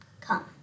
come